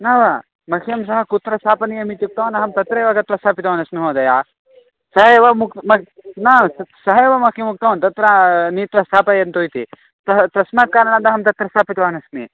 न मह्यं सः कुत्र स्थापनीयम् इति उक्तवान् अहं तत्रैव गत्वा स्थापितवान् अस्मि महोदया सः एव मुक् मक् न स् सः एव मम किं उक्तवान् तत्र नीत्वा स्थापयन्तु इति तः तस्मात् कारणात् अहं तत्र स्थापितवान् अस्मि